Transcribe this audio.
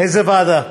איזו ועדה?